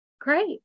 great